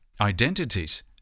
identities